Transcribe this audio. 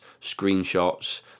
screenshots